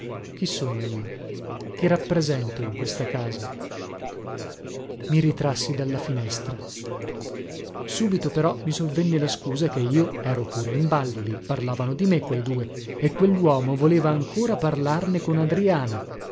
chi sono io che rappresento io in questa casa i ritrassi dalla finestra subito però mi sovvenne la scusa che io ero pure in ballo lì parlavano di me quei due e quelluomo voleva ancora parlarne con adriana